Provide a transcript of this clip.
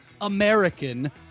American